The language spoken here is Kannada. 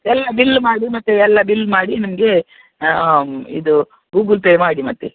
ಎಲ್ಲ ಬಿಲ್ ಮಾಡಿ ಮತ್ತೆ ಎಲ್ಲ ಬಿಲ್ ಮಾಡಿ ನಮಗೆ ಇದು ಗೂಗಲ್ ಪೇ ಮಾಡಿ ಮತ್ತೆ